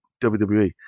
WWE